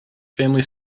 family